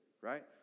right